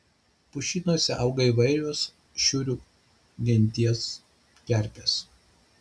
pušynuose auga įvairios šiurių genties kerpės